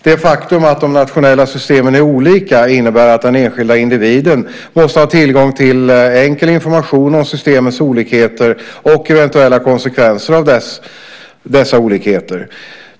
Det faktum att de nationella systemen är olika innebär att den enskilda individen måste ha tillgång till enkel information om systemens olikheter och eventuella konsekvenser av dessa olikheter.